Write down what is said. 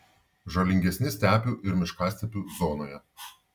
žalingesni stepių ir miškastepių zonoje